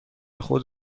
خود